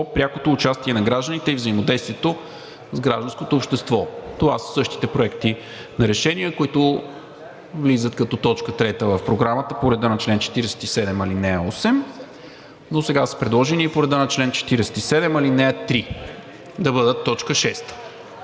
прякото участие на гражданите и взаимодействието с гражданското общество. Това са същите проекти и решения, които влизат като точка трета в Програмата по реда на чл. 47, ал. 8, но сега са предложени по реда на чл. 47, ал. 3. Моля, режим на